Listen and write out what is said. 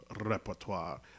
repertoire